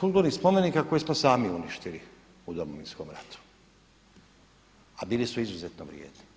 kulturnih spomenika koje smo sami uništili u Domovinskom ratu, a bili su izuzetno vrijedni.